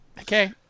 Okay